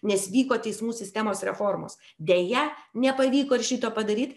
nes vyko teismų sistemos reformos deja nepavyko ir šito padaryt